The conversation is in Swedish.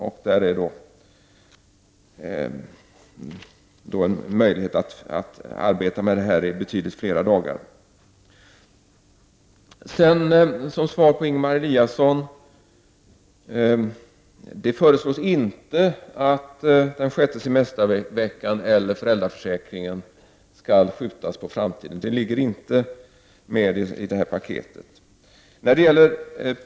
Nu är det dock möjligt att arbeta med denna fråga i betydligt flera dagar. Som svar på Ingemar Eliassons fråga vill jag säga att det inte föreslås att den sjätte semesterveckan eller föräldraförsäkringen skall skjutas på framtiden. Det finns inte med i det här paketet.